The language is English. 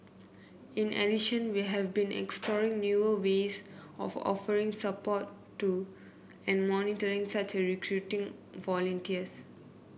in addition we have been exploring newer ways of offering support to and monitoring such as recruiting volunteers